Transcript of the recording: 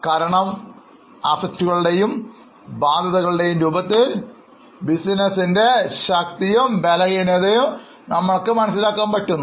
കാരണം ആസ്തിയുടെയുംബാധ്യതകളുടെയുംരൂപത്തിൽബിസിനസിനെ ശക്തിയും ബലഹീനതയും നമ്മൾ മനസ്സിലാക്കുന്നു